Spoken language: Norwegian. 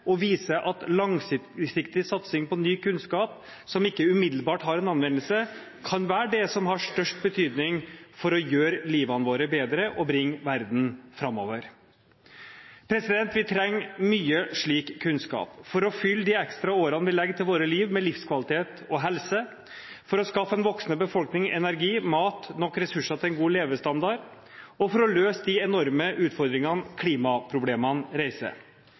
og viser at langsiktig satsing på ny kunnskap som ikke umiddelbart har en anvendelse, kan være det som har størst betydning for å gjøre livene våre bedre og bringe verden framover. Vi trenger mye slik kunnskap for å fylle de ekstra årene vi legger til våre liv med livskvalitet og helse, for å skaffe en voksende befolkning energi, mat, nok ressurser til en god levestandard, og for å løse de enorme utfordringene klimaproblemene reiser.